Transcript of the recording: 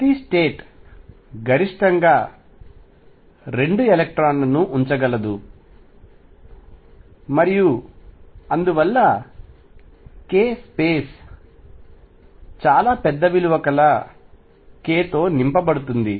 ప్రతి స్టేట్ గరిష్టంగా 2 ఎలక్ట్రాన్లను ఉంచగలదు మరియు అందువల్ల k స్పేస్ చాలా పెద్ద విలువ కల k తో నింపబడుతుంది